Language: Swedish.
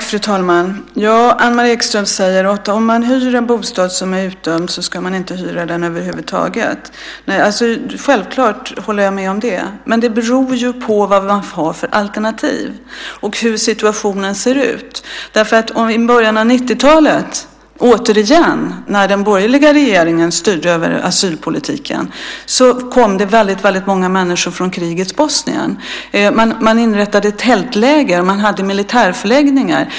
Fru talman! Anne-Marie Ekström säger att man inte ska hyra en bostad som är utdömd över huvud taget. Självklart håller jag med om det. Men det beror ju på vad man har för alternativ och hur situationen ser ut. I början av 90-talet, återigen, när den borgerliga regeringen styrde över asylpolitiken, kom det väldigt många människor från krigets Bosnien. Man inrättade tältläger och hade militärförläggningar.